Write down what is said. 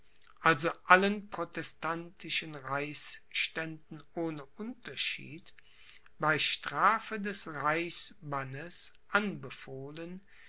also allen protestantischen reichsständen ohne unterschied bei strafe des reichsbannes anbefohlen